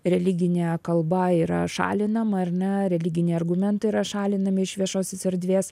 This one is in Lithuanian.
religinė kalba yra šalinama ar ne religiniai argumentai yra šalinami iš viešosios erdvės